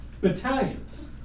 battalions